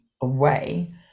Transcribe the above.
away